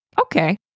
okay